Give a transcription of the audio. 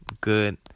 good